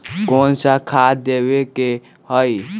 कोन सा खाद देवे के हई?